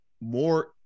more